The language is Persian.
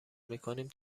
میکنیم